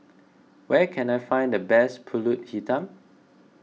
where can I find the best Pulut Hitam